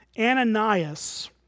Ananias